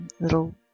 little